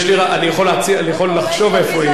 אני יכול לחשוב איפה היא.